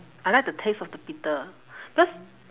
I like the taste of the bitter because